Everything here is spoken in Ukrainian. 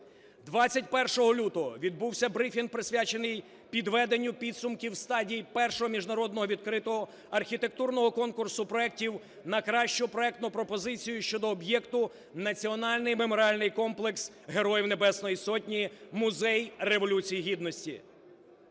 21 лютого відбувся брифінг, присвячений підведенню підсумків в стадії першого Міжнародного відкритого архітектурного конкурсу проектів на кращу проектну пропозицію щодо об'єкту "Національний меморіальний комплекс Героїв Небесної Сотні – Музей Революції Гідності".